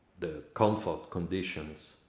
the comfort conditions,